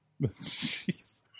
Jeez